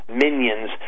minions